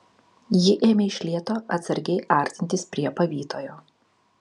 ji ėmė iš lėto atsargiai artintis prie pavytojo